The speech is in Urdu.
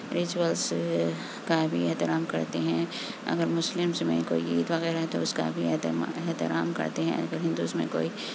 ریچولس کا بھی احترام کرتے ہیں اگر مسلمس میں کوئی عید وغیرہ ہے تو اس کا بھی احترام کرتے ہیں اگر ہندوز میں کوئی